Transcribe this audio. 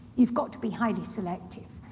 you've got to be highly selective.